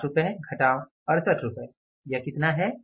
60 रुपए - 68 रुपए यह कितना है